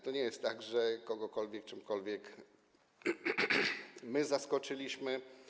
To nie jest tak, że kogokolwiek czymkolwiek zaskoczyliśmy.